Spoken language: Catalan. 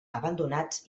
abandonats